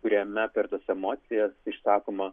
kuriame per tas emocijas išsakoma